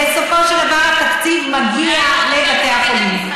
בסופו של דבר התקציב מגיע לבתי החולים.